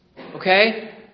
Okay